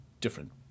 different